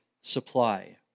supply